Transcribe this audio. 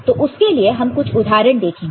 तो उसके लिए हम कुछ उदाहरण देखेंगे